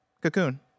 Cocoon